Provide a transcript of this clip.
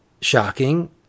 shocking